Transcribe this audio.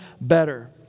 better